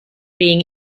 being